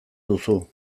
duzu